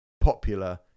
popular